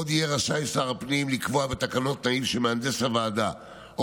עוד יהיה רשאי שר הפנים לקבוע בתקנות תנאים שמהנדס הוועדה או